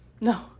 No